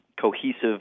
cohesive